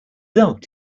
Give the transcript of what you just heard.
loved